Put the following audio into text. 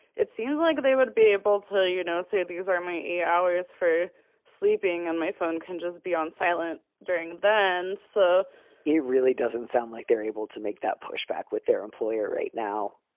it seems like they would be able to, you know, say these um my eight hours for sleeping on my phone can just be on silent during then so it really doesn't sound like they're able to make that push back with their employer right now.